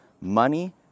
money